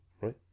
right